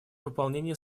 выполнение